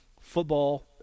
football